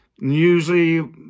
Usually